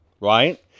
right